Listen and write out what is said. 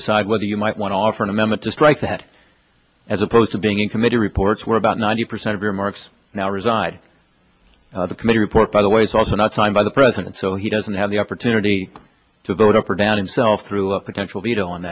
decide whether you might want to offer an amendment to strike that as opposed to being in committee reports we're about ninety percent of your marks now reside in the committee report by the way is also not signed by the president so he doesn't have the opportunity to vote up or down in self through a potential veto on